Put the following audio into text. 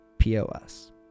POS